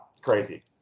Crazy